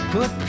Put